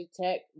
Tech